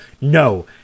no